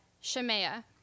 Shemaiah